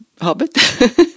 hobbit